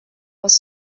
was